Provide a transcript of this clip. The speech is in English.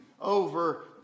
over